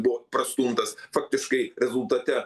buvo prastumtas faktiškai rezultate